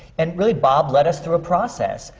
and really, bob led us through a process,